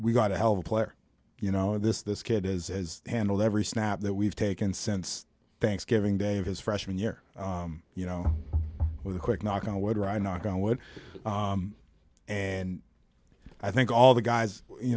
we got a hell of a player you know this this kid is handled every snap that we've taken since thanksgiving day of his freshman year you know with a quick knock on wood or i knock on wood and i think all the guys you